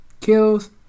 Kills